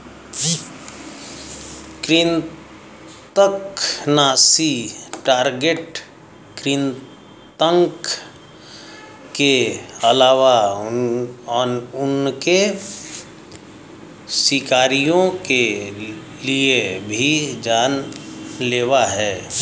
कृन्तकनाशी टारगेट कृतंक के अलावा उनके शिकारियों के लिए भी जान लेवा हैं